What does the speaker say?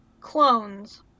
clones